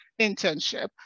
internship